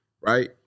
Right